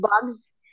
bugs